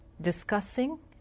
discussing